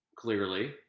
clearly